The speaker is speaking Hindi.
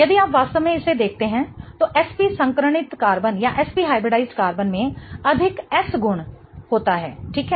यदि आप वास्तव में इसे देखते हैं तो sp संकरणित कार्बन में अधिक s गुण होता है ठीक है